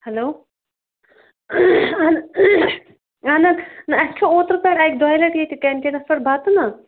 hello اہن اہن حظ نہ اَسہِ کھیٚو اوترٕ پٮ۪ٹھ اَکہِ دۄیہِ لَٹہِ ییٚتہِ کَنٹینَس پٮ۪ٹھ بَتہٕ نا